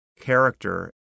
character